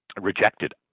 rejected